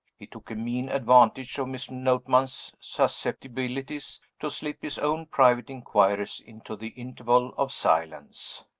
he took a mean advantage of miss notman's susceptibilities to slip his own private inquiries into the interval of silence.